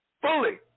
fully